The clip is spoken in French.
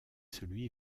celui